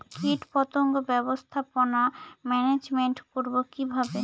কীটপতঙ্গ ব্যবস্থাপনা ম্যানেজমেন্ট করব কিভাবে?